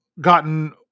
gotten